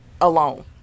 alone